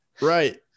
right